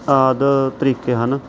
ਆਦਿ ਤਰੀਕੇ ਹਨ